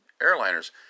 airliners